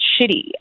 shitty